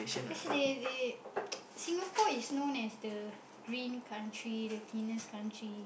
specially they they Singapore is known as the green country the cleanest country